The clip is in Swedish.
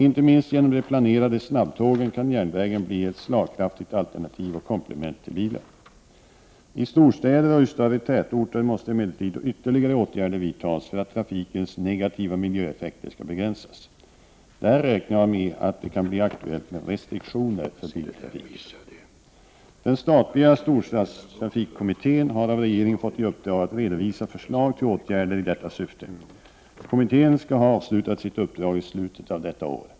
Inte minst genom de planerade snabbtågen kan järnvägen bli ett slagkraftigt alternativ och komplement till bilen. I storstäderna och i större tätorter måste emellertid ytterligare åtgärder vidtas för att trafikens negativa miljöeffekter skall begränsas. Där räknar jag med att det kan bli aktuellt med restriktioner för biltrafiken. Den statliga storstadstrafikkommittén har av regeringen fått i uppdrag att redovisa förslag till åtgärder i detta syfte. Kommittén skall ha avslutat sitt uppdrag i slutet av detta år.